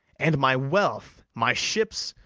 and my wealth, my ships,